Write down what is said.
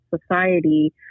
society